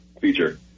feature